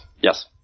yes